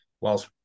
Whilst